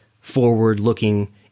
forward-looking